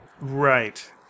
Right